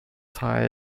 tie